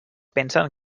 pensen